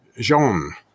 Jean